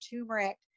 turmeric